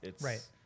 Right